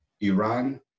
Iran